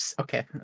Okay